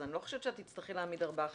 אז אני לא חושבת שתצטרכי להעמיד ארבעה חדרים.